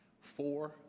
four